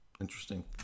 interesting